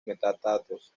metadatos